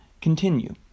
continue